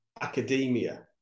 academia